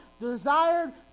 desired